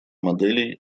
моделей